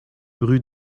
rue